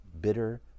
bitter